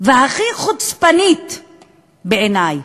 והכי חוצפנית בעיני: